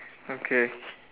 okay